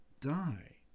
die